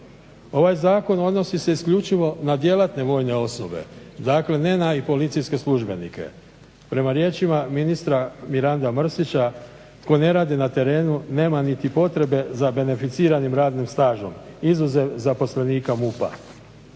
Ovaj zakon odnosi se isključivo na djelatne vojne osobe, dakle ne na policijske službenike. Prema riječima ministra Miranda Mrsića, tko ne radi na terenu nema niti potrebe za beneficiranim radnim stažom, izuzev zaposlenika MUP-a.